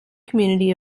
community